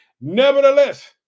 nevertheless